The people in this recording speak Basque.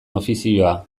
ofizioa